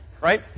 Right